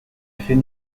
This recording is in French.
fait